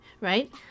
right